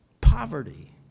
poverty